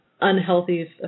unhealthy